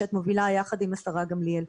תודה על שאת מובילה יחד עם השרה גמליאל.